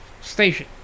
Station